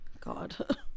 God